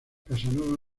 casanova